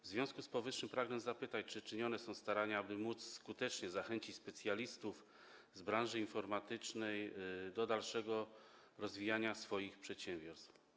W związku z powyższym pragnę zapytać: Czy czynione są starania, aby móc skutecznie zachęcić specjalistów z branży informatycznej do dalszego rozwijania swoich przedsiębiorstw?